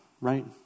Right